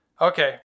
Okay